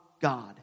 God